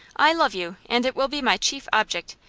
i love you, and it will be my chief object,